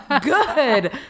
good